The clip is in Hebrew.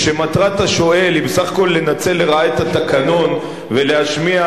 ושמטרת השואל היא בסך הכול לנצל לרעה את התקנון ולהשמיע